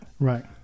Right